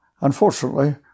Unfortunately